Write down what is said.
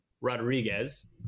Rodriguez